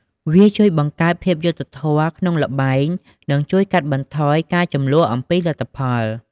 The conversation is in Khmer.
វាជួយបង្កើតភាពយុត្តិធម៌ក្នុងល្បែង និងជួយកាត់បន្ថយការជម្លោះអំពីលទ្ធផល។